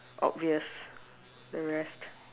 obvious the rest